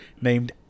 named